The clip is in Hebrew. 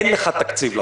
אין לך תקציב לבוחר.